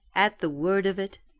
at the word of it,